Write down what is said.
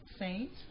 saint